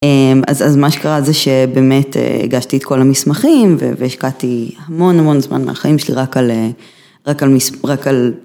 אז מה שקרה זה שבאמת הגשתי את כל המסמכים והשקעתי המון המון זמן מהחיים שלי רק על